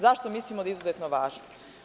Zašto mislimo da je izuzetno važno?